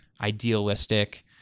idealistic